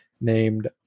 named